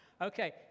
Okay